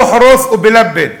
ביחרת' ובלבכ,